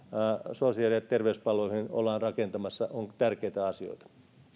sosiaali ja terveyspalveluihin ollaan rakentamassa ovat tärkeitä asioita